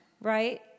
right